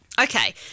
Okay